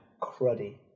cruddy